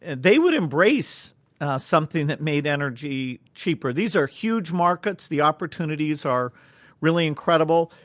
and they would embrace something that made energy cheaper. these are huge markets. the opportunities are really incredible.